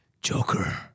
Joker